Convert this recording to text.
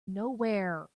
nowhere